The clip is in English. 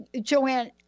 Joanne